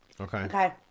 Okay